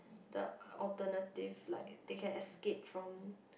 the alternative like they can escape from